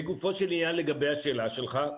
לגופו של עניין לגבי השאלה שלך,